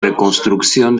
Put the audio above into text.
reconstrucción